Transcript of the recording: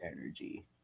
energy